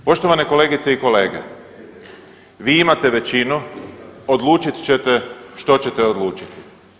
Poštovane kolegice i kolege, vi imate većinu, odlučit ćete što ćete odlučiti.